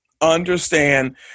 understand